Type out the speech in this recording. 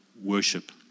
worship